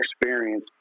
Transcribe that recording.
experience